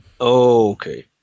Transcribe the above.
Okay